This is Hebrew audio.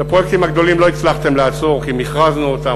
את הפרויקטים הגדולים לא הצלחתם לעצור כי מכרזנו אותם,